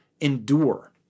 endure